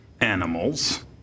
animals